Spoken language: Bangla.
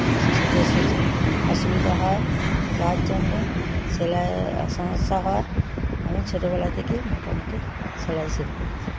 হচ্ছে ছোট ছোট অসুবিধা হয় যার জন্যে ছেলে সমস্যা হয় আমি ছোটবেলা থেকেই মোটামুটি সেলাই শুরু করেছি